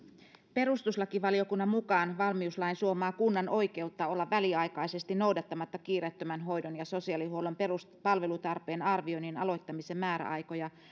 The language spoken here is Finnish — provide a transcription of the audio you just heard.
perustuslakivaliokunnan mukaan valmiuslain suomaa kunnan oikeutta olla väliaikaisesti noudattamatta kiireettömän hoidon ja sosiaalihuollon peruspalvelutarpeen arvioinnin aloittamisen määräaikoja